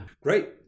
Great